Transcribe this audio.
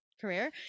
career